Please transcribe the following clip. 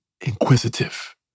inquisitive